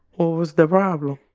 what was the problem?